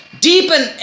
Deepen